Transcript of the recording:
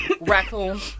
raccoon